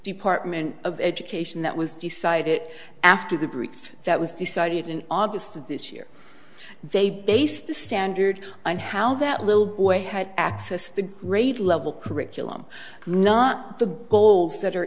department of education that was decided after the group that was decided in august of this year they based the standard on how that little boy had access the grade level curriculum not the goals that are